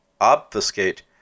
obfuscate